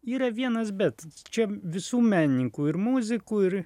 yra vienas bet čia visų menininkų ir muzikų ir